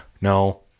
No